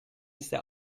ise